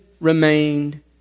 remained